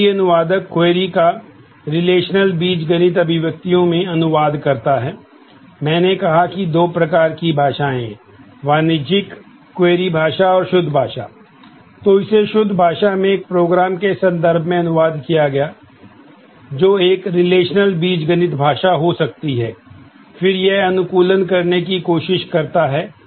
query बीजगणित भाषा हो सकती है और फिर यह अनुकूलन करने की कोशिश करता है